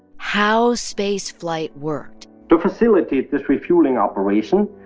how space flight worked. to facilitate this refuelling operation,